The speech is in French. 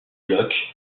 blocs